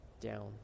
down